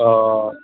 ओ